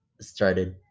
started